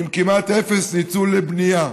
עם כמעט אפס ניצול לבנייה.